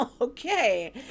Okay